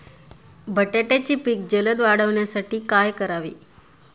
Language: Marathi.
बटाट्याचे पीक जलद वाढवण्यासाठी काय करावे?